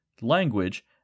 language